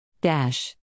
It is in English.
Dash